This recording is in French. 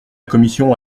commission